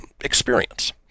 experience